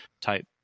type